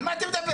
על מה את מדברת?